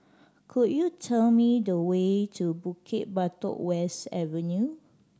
could you tell me the way to Bukit Batok West Avenue